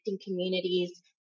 communities